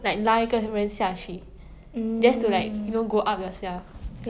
like like the hourglass figure when you can like why would you